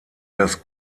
das